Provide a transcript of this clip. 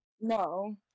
No